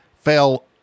fell